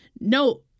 No